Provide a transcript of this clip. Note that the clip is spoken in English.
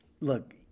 Look